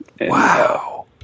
Wow